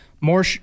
more